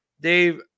Dave